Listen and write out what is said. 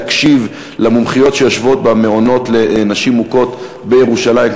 להקשיב למומחיות שיושבות במעונות לנשים מוכות בירושלים,